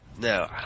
No